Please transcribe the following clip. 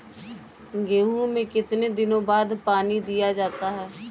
गेहूँ में कितने दिनों बाद पानी दिया जाता है?